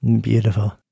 Beautiful